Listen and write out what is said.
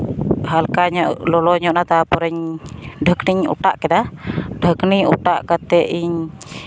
ᱦᱟᱞᱠᱟ ᱧᱚᱜ ᱞᱚᱞᱚ ᱧᱚᱜᱼᱱᱟ ᱛᱟᱨᱯᱚᱨᱮᱧ ᱰᱷᱟᱹᱠᱱᱤᱡ ᱤᱧ ᱚᱴᱟᱜ ᱠᱮᱫᱟ ᱰᱷᱟᱹᱠᱱᱤᱡ ᱚᱴᱟᱜ ᱠᱟᱛᱮᱫ ᱤᱧ